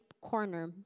corner